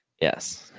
yes